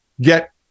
get